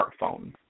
smartphones